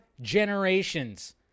generations